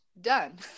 done